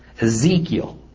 Ezekiel